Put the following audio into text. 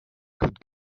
could